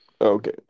Okay